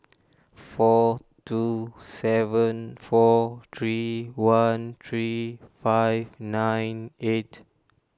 four two seven four three one three five nine eight